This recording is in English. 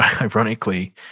ironically